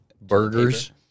burgers